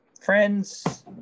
Friends